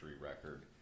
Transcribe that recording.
record